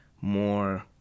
more